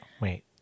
wait